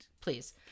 Please